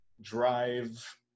drive